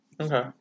okay